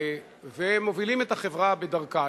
והם מובילים את החברה בדרכה.